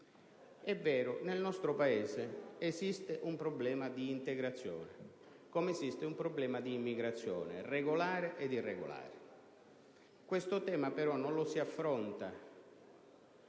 È vero. Nel nostro Paese esiste un problema di integrazione, come esiste un problema di immigrazione, regolare ed irregolare. Questo tema, però, non lo si affronta